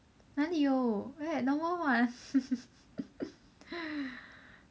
哪里有 where no more what